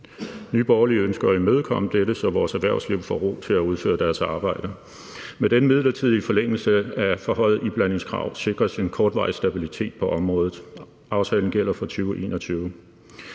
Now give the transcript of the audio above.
Nye Borgerlige ønsker at imødekomme dette, så vores erhvervsliv får ro til at udføre deres arbejde. Med den midlertidige forlængelse af et forhøjet iblandingskrav sikres en kortvarig stabilitet på området. Aftalen gælder for 2021.